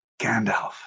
Gandalf